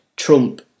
Trump